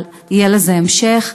אבל יהיה לזה המשך.